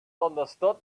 understood